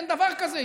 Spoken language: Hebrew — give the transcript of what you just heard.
אין דבר כזה.